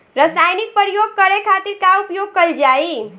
रसायनिक प्रयोग करे खातिर का उपयोग कईल जाइ?